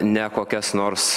ne kokias nors